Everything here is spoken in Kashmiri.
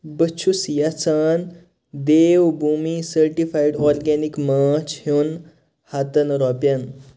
بہٕ چھُس یَژھان دیوبھوٗمی سٔٹِفایِڈ آرگٮ۪نِک ماچھ ہیوٚن ہَتَن رۄپیَن